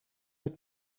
het